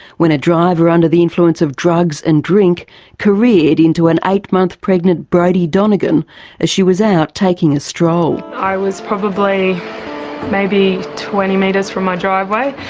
when a driver under the influence of drugs and drink careered into an eight-month pregnant brodie donegan as she was out taking a stroll. i was probably maybe twenty metres from my driveway.